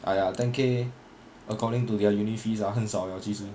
!aiya! ten K according to their uni fees ah 很少了其实